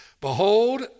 Behold